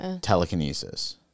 telekinesis